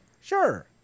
Sure